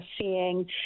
seeing